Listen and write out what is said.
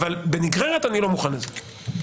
אבל בנגררת אני לא מוכן לזה.